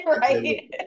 right